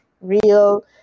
real